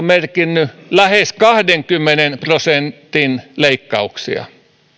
merkinneet lähes kahdenkymmenen prosentin leikkauksia